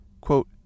quote